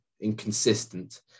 inconsistent